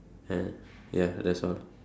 and ya that's all